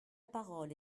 parole